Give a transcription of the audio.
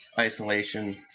isolation